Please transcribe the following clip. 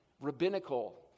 Rabbinical